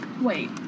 Wait